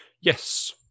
Yes